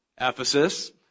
Ephesus